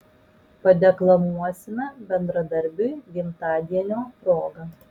padeklamuosime bendradarbiui gimtadienio proga